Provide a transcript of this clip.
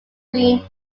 green